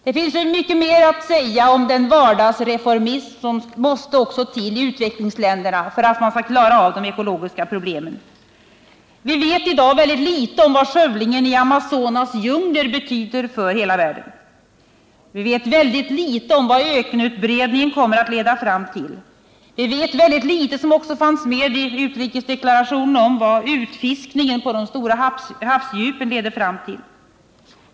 Det finns mycket mer att säga om den vardagsreformism som också måste finnas för att man skall klara av de ekologiska problemen. Vi vet i dag väldigt litet om vad skövlingen av Amazonas djungler betyder för hela världen. Vi vet väldigt litet om vad ökenutbredningen kommer att leda till. Vi vet väldigt litet om vad utfiskningen i de stora havsdjupen leder till — det fanns ockå med i utrikesdeklarationen.